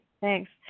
Thanks